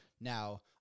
Now